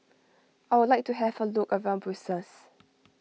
I would like to have a look around Brussels